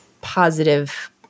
positive